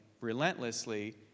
relentlessly